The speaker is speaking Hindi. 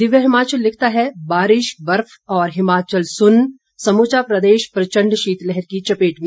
दिव्य हिमाचल लिखता है बारिशबर्फ और हिमाचल सुन्न समूचा प्रदेश प्रचंड शीतलहर की चपेट में